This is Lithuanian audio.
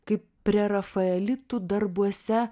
kaip prerafaelitų darbuose